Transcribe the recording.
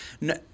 No